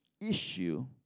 issue